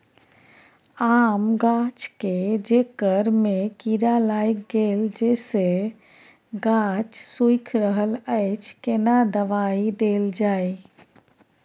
आम गाछ के जेकर में कीरा लाईग गेल जेसे गाछ सुइख रहल अएछ केना दवाई देल जाए?